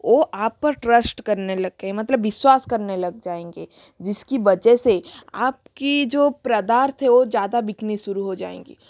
ओ आप पर ट्रष्ट करने लगते हैं मतलब विश्वास करने लग जाएंगे जिसकी वजह से आपकी जो पदार्थ है ओ ज़्यादा बिकने शुरू हो जाएंगे